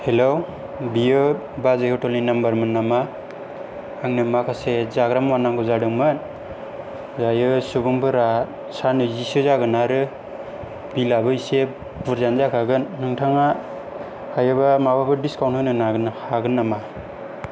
हेल' बियो बाजै हटेल नि नामबार मोन नामा आंनो माखासे जाग्रा मुवा नांगौ जादोंमोन दायो सुबुंफोरा सा नैजिसो जागोन आरो बिल आबो एसे बुरजायानो जाखागोन नोंथाङा हायोबा माबाफोर डिसकाउन्ट होनो हागोन नामा